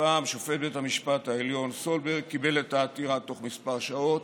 הפעם שופט בית המשפט העליון סולברג קיבל את העתירה בתוך כמה שעות,